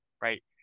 right